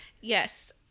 Yes